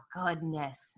Goodness